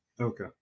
Okay